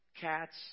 cats